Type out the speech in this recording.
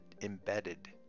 embedded